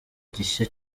gishya